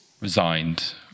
resigned